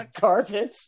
garbage